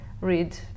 read